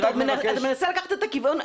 אתה מנסה לקחת את הכיוון,